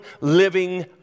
living